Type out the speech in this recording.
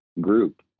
group